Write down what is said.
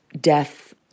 death